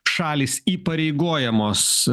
šalys įpareigojamos